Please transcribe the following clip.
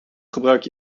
gebruik